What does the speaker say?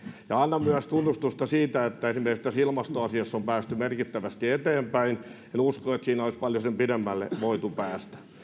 annan myös tunnustusta siitä että esimerkiksi tässä ilmastoasiassa on päästy merkittävästi eteenpäin en usko että siinä olisi paljon sen pidemmälle voitu päästä